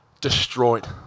destroyed